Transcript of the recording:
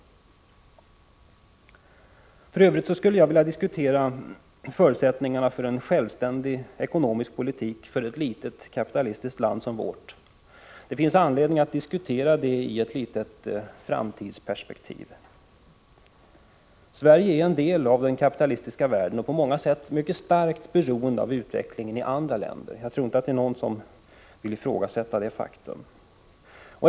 För övrigt skulle jag vilja diskutera förutsättningarna för en självständig ekonomisk politik för ett litet kapitalistiskt land som vårt. Det finns anledning att något diskutera detta i ett framtidsperspektiv. Sverige är en del av den kapitalistiska världen och på många sätt mycket starkt beroende av utvecklingen i andra länder. Jag tror inte att det är någon som vill ifrågasätta detta faktum.